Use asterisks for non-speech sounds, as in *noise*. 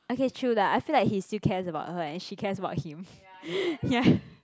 okay true lah I feel like he still cares about her and she cares about him *breath* ya